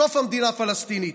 סוף המדינה הפלסטינית,